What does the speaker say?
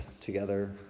together